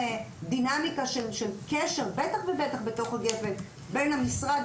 דינמיקה בטח ובטח בתוך הגפ"ן בין המשרד,